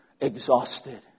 Exhausted